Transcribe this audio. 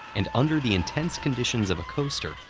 and under the intense conditions of a coaster,